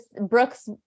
brooks